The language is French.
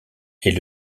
est